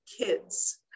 kids